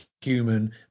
human